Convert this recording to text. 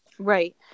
Right